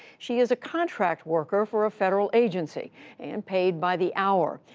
she's a contract worker for a federal agency and paid by the hour.